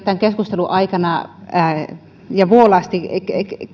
tämän keskustelun aikana hyvin monipuolisesti ja vuolaasti